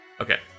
okay